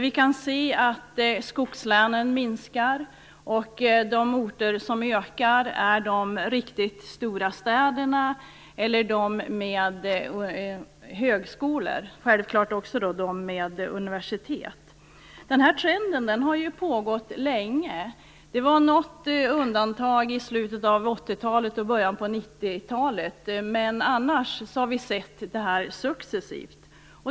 Vi kan se att befolkningen i skogslänen minskar, medan den ökar i de riktigt stora städerna och i orter med högskolor liksom självfallet också i orter med universitet. Den här trenden har pågått länge. Det fanns något undantag i slutet av 80-talet och början av 90-talet, men annars har vi sett det här ske successivt.